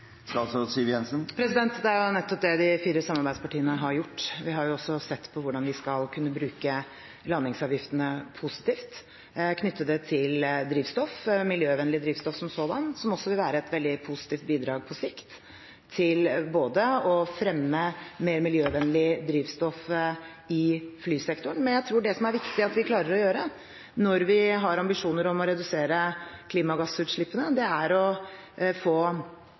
Det er nettopp det de fire samarbeidspartiene har gjort. Vi har også sett på hvordan vi skal kunne bruke landingsavgiftene positivt, knytte det til drivstoff, miljøvennlig drivstoff som sådant, som også vil være et veldig positivt bidrag på sikt til å fremme mer miljøvennlig drivstoff i flysektoren. Det jeg tror er viktig at vi klarer å gjøre når vi har ambisjoner om å redusere klimagassutslippene, er å få